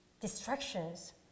distractions